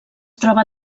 troba